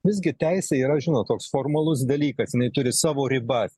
visgi teisė yra žinot koks formalus dalykas jinai turi savo ribas